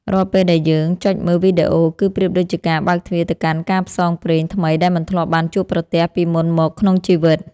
រាល់ពេលដែលយើងចុចមើលវីដេអូគឺប្រៀបដូចជាការបើកទ្វារទៅកាន់ការផ្សងព្រេងថ្មីដែលមិនធ្លាប់បានជួបប្រទះពីមុនមកក្នុងជីវិត។